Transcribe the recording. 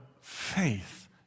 faith